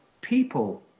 people